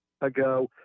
ago